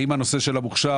האם הנושא של המוכשר